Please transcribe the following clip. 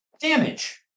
damage